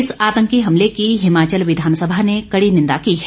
इस आतंकी हमले की हिमाचल विधानसभा ने कड़ी निंदा की है